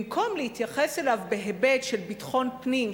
במקום להתייחס אליו בהיבט של ביטחון פנים,